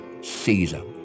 Caesar